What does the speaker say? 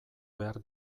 behar